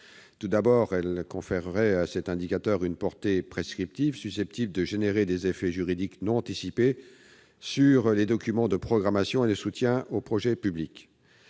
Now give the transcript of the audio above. ce dispositif conférerait à cet indicateur une portée prescriptive susceptible d'entraîner des effets juridiques non anticipés sur les documents de programmation et le soutien aux projets publics.